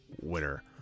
winner